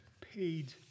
paid